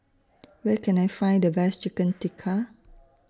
Where Can I Find The Best Chicken Tikka